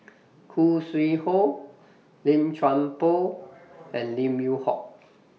Khoo Sui Hoe Lim Chuan Poh and Lim Yew Hock